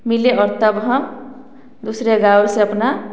मिले और तब हम दूसरे गायों से अपना